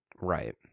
right